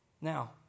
Now